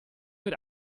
wird